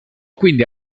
quindi